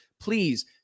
please